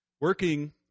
Working